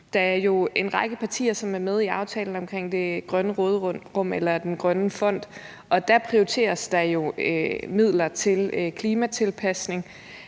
Der er jo en række partier, som er med i aftalen omkring det grønne råderum eller den grønne fond, og dér prioriteres der jo midler til klimatilpasning.